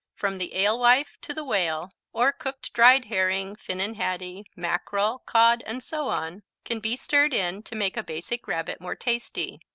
from the alewife to the whale, or cooked dried herring, finnan haddie, mackerel, cod, and so on, can be stirred in to make a basic rabbit more tasty.